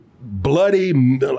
bloody